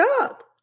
up